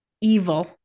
evil